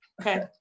Okay